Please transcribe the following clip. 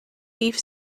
beef